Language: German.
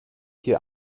hier